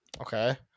Okay